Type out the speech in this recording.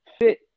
fit